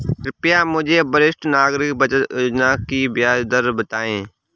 कृपया मुझे वरिष्ठ नागरिक बचत योजना की ब्याज दर बताएं?